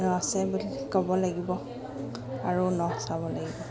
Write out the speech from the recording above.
আছে বুলি ক'ব লাগিব আৰু লাগিব